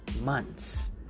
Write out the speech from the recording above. months